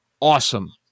awesome